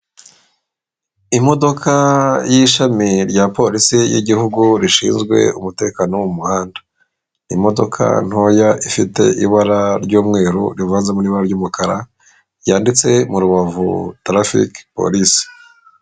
Imodoka y'ishami rya Polisi y'Igihugu rishinzwe umutekano wo mu muhanda, imodoka ntoya ifite ibara ry'umweru rivanzemo n'ibara ry'umukara ryanditse mu rubavu Traffic Police.